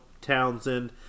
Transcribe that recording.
Townsend